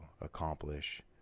accomplish